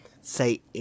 say